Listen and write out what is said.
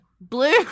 blue